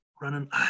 running